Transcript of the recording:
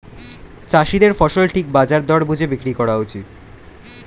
চাষীদের ফসল ঠিক বাজার দর বুঝে বিক্রি করা উচিত